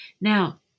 Now